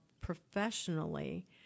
professionally